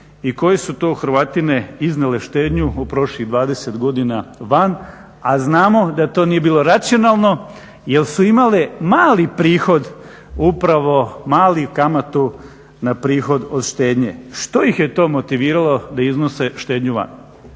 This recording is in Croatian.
i koji su to Hrvatine iznijele štednju u prošlih 20 godina van a znamo da to nije bilo racionalno jer su imale mali prihod, upravo malu kamatu na prihod od štednje. Što ih je to motiviralo da iznose štednju van.